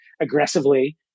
aggressively